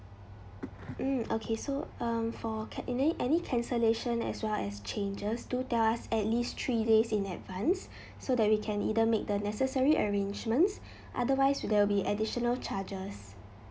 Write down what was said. mm okay so um for can~ in any any cancellation as well as changes do tell us at least three days in advance so that we can either make the necessary arrangements otherwise there will be additional charges